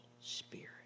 spirit